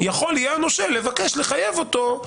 -- יכול יהיה הנושה לבקש לחייב אותו,